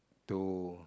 to